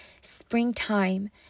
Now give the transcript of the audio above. springtime